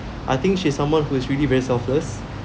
I think she's someone who is really very selfless